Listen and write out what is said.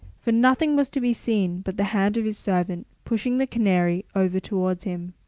for nothing was to be seen but the hand of his servant pushing the canary over towards him.